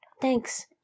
Thanks